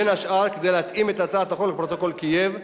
בין השאר כדי להתאים את הצעת החוק לפרוטוקול קייב.